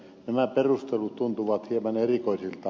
nämä perustelut tuntuvat hieman erikoisilta